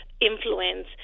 influence